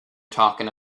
talking